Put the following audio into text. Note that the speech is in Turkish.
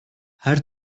her